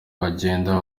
bagenda